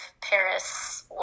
Paris